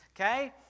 Okay